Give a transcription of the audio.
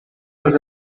was